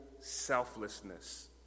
selflessness